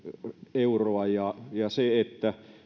euroa se että